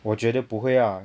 我绝得不会 ah